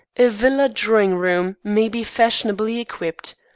a villa drawing-room may be fashionably equipped.